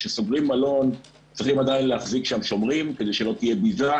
כשסוגרים מלון צריכים עדיין להחזיק שם שומרים כי אחרת תהיה פריצה וביזה,